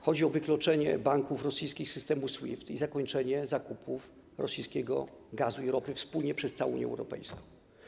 Chodzi o wykluczenie rosyjskich banków z systemu SWIFT i zakończenie zakupów rosyjskiego gazu i ropy wspólnie przez całą Unię Europejską.